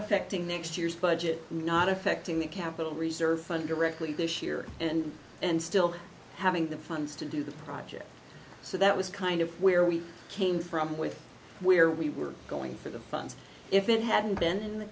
affecting next year's budget not affecting the capital reserve fund directly this year and and still having the funds to do the project so that was kind of where we came from with where we were going for the funds if it hadn't been in the